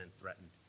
threatened